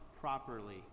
properly